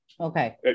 Okay